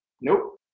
Nope